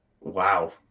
Wow